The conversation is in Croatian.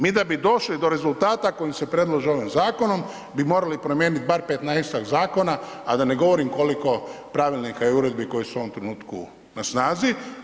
Mi da bi došli do rezultata koji se predlažu ovim zakonom, bi morali promijeniti bar 15-tak zakona, a da ne govorim koliko pravilnika i uredbi koji su u ovom trenutku na snazi.